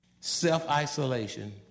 Self-isolation